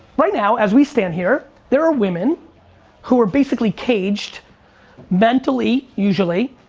right now as we stand here, there are women who are basically caged mentally, usually,